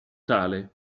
tale